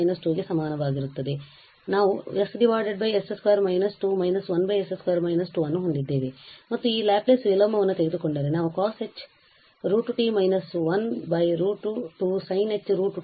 ಮತ್ತು ನಾವು s s 2−2 − 1 s 2−2 ಅನ್ನು ಹೊಂದಿದ್ದೇವೆ ಮತ್ತು ಈ ಲ್ಯಾಪ್ಲೇಸ್ ವಿಲೋಮವನ್ನು ತೆಗೆದುಕೊಂಡರೆ ನಾವು cosh √2t − 1 √2 sinh √2t